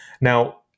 Now